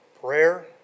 prayer